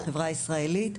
בחברה הישראלית,